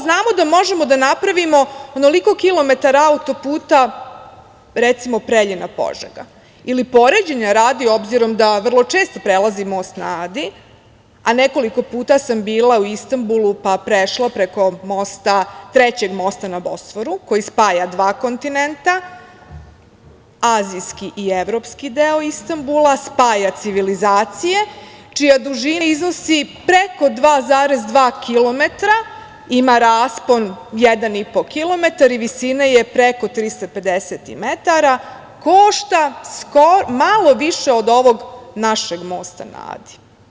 Znamo da možemo da napravimo onoliko kilometara auto-puta, recimo Preljina-Požega ili, poređenja radi, s obzirom da vrlo često prelazim Most na Adi, a nekoliko puta sam bila u Istanbulu, pa prešla preko trećeg mosta na Bosforu koji spaja dva kontinenta, azijski i evropski deo Istambula, spaja civilizacije, čija dužina iznosi preko 2,2 kilometra, ima raspon 1,5 kilometar i visina je preko 350 metara, košta malo više od ovog našeg Mosta na Adi.